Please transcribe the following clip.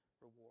reward